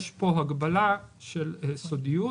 יש פה הגבלה של סודיות,